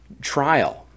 trial